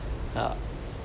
uh